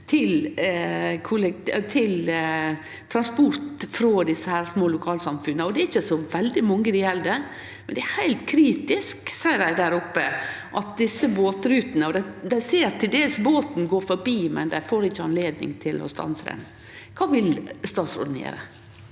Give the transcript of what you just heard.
transport frå desse små lokalsamfunna. Det er ikkje så veldig mange det gjeld, men det er heilt kritisk, seier dei der oppe, med desse båtrutene. Dei ser til dels båten gå forbi, men dei får ikkje anledning til å stanse han. Kva vil statsråden gjere?